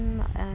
um